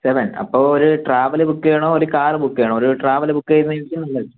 seven അപ്പോൾ ഒരു travel book ചെയ്യണോ ഒരു കാർ ബുക്ക് ചെയ്യണോ ഒരു ട്രാവൽ ബുക്ക് ചെയ്യുന്നതായിരിക്കും നല്ലത്